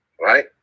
right